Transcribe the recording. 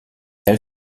elle